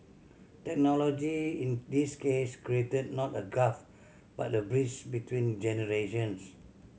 technology in this case created not a gulf but a bridge between generations